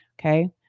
Okay